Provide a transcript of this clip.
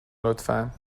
لطفا